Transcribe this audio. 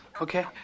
Okay